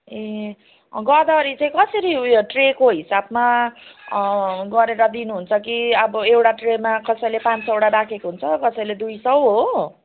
ए गोदावरी चाहिँ कसरी ऊ यो ट्रेको हिसाबमा गरेर दिनुहुन्छ कि अब एउटा ट्रेमा कसैले पाँच सयवटा राखेको हुन्छ कसैले दुई सय हो